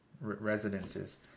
residences